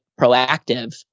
proactive